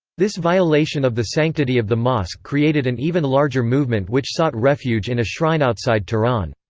this violation of the sanctity of the mosque created an even larger movement which sought refuge in a shrine outside tehran.